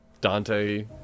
Dante